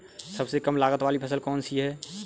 सबसे कम लागत वाली फसल कौन सी है?